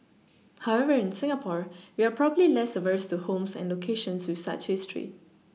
however in Singapore we are probably less averse to homes and locations with such history